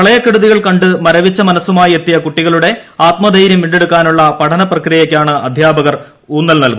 പ്രളയക്കെടുതികൾ കണ്ട് മരവിച്ച മനസുമായി എത്തിയ കൂട്ടികളുടെ ആത്മധൈര്യം വീണ്ടെടുക്കാനുള്ള പഠനപ്രക്രിയക്കാണ് അധ്യാപകർ ഊന്നൽ നൽകുന്നത്